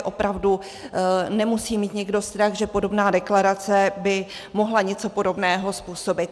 Opravdu nemusí mít nikdo strach, že podobná deklarace by mohla něco podobného způsobit.